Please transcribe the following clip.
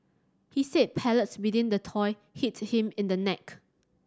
he said pellets within the toy hit him in the neck